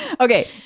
Okay